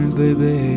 baby